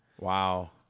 Wow